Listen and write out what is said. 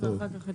הלאה.